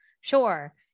Sure